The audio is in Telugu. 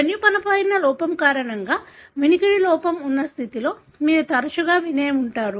జన్యుపరమైన లోపం కారణంగా వినికిడి లోపం ఉన్న స్థితిలో మీరు తరచుగా వినే ఉంటారు